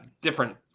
different